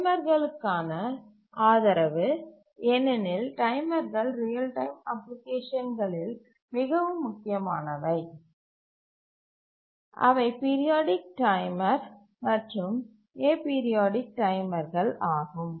டைமர்களுக்கான ஆதரவு ஏனெனில் டைமர்கள் ரியல் டைம் அப்ளிகேஷன்களில் மிகவும் முக்கியமானவை அவை பீரியாடிக் டைமர் மற்றும் ஏபீரியாடிக் டைமர்கள் ஆகும்